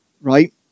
right